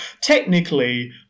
technically